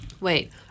Wait